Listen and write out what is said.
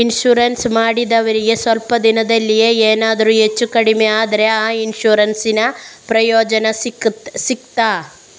Insurance ಮಾಡಿದವರಿಗೆ ಸ್ವಲ್ಪ ದಿನದಲ್ಲಿಯೇ ಎನಾದರೂ ಹೆಚ್ಚು ಕಡಿಮೆ ಆದ್ರೆ ಆ ಇನ್ಸೂರೆನ್ಸ್ ನ ಪ್ರಯೋಜನ ಸಿಗ್ತದ?